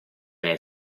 nel